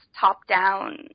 top-down